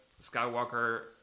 Skywalker